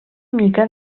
mica